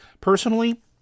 Personally